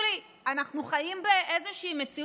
אנחנו חיים באיזושהי מציאות מדומה?